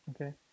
okay